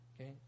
okay